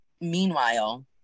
Meanwhile